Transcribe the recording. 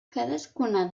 cadascuna